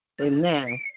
Amen